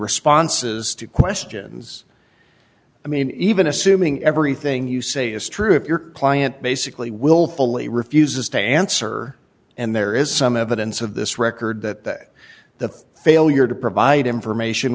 responses to questions i mean even assuming everything you say is true if your client basically willfully refuses to answer and there is some evidence of this record that the failure to provide information